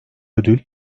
ödül